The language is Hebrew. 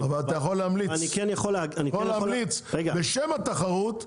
--- אבל אתה יכול להמליץ בשם התחרות,